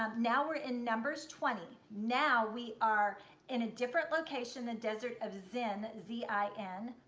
um now we're in numbers twenty. now we are in a different location, the desert of zin, z i n,